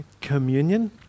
Communion